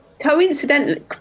Coincidentally